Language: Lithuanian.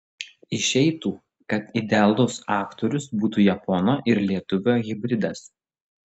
išeitų kad idealus aktorius būtų japono ir lietuvio hibridas